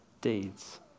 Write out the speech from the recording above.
deeds